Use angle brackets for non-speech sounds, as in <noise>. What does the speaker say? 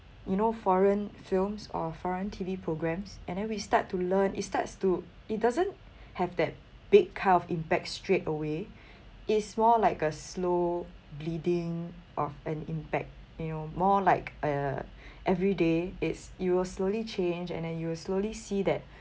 you know foreign films or foreign T_V programmes and then we start to learn it starts to it doesn't have that big kind of impact straightaway <breath> it's more like a slow bleeding of an impact you know more like uh every day it's it will slowly change and then you will slowly see that